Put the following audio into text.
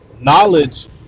knowledge